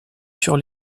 sur